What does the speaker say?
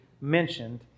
mentioned